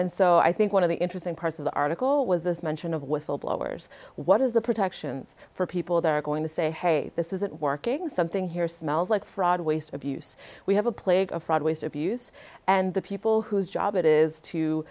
and so i think one of the interesting parts of the article was the mention of whistleblowers what is the protections for people that are going to say hey this isn't working something here smells like fraud waste abuse we have a plague of fraud waste abuse and the people whose job it is to